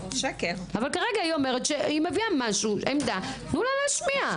כרגע היא מביאה עמדה, תנו לה להשמיע אותה.